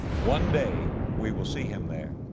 one day we will see him there.